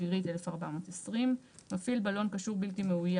אווירית 1,420. (6)